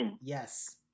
yes